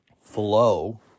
flow